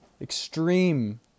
extreme